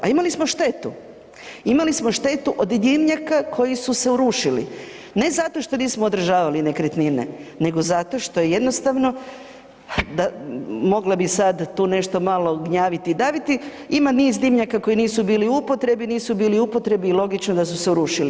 A imali smo štetu, imali smo štetu od dimnjaka koji su se urušili, ne zato što nismo održavali nekretnine nego zato što jednostavno, mogla bih sada tu nešto malo gnjaviti i daviti, ima niz dimnjaka koji nisu bili u upotrebi, nisu bili u upotrebi i logično da su se urušili.